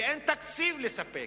אין תקציב לספק,